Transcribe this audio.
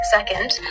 Second